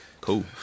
Cool